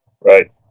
right